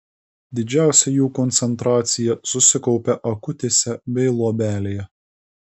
didžiausia jų koncentracija susikaupia akutėse bei luobelėje